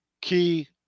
key